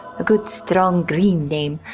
a good strong, green name,